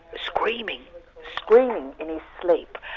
screaming screaming in his sleep.